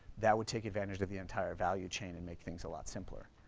that would take advantage of the entire value chain and make things a lot simpler.